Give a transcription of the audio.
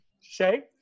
shay